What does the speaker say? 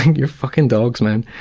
your fucking dogs, man.